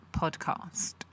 podcast